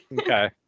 okay